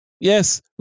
Yes